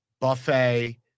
buffet